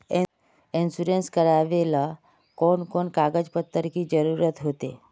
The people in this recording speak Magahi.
इंश्योरेंस करावेल कोन कोन कागज पत्र की जरूरत होते?